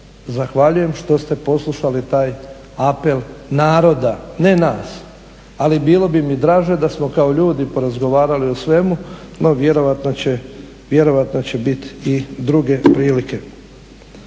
zahvaljujem što ste poslušali taj apel naroda, ne nas. Ali bilo bi mi draže da smo kao ljudi porazgovarali o svemu, no vjerojatno će bit i druge prilike.